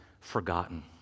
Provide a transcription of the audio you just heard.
forgotten